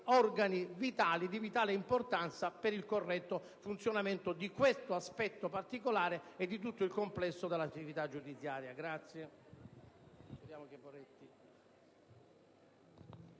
organi di vitale importanza per il corretto funzionamento di questo aspetto particolare e di tutto il complesso dell'attività giudiziaria. [LI